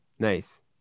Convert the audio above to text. Nice